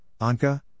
Anka